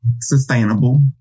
sustainable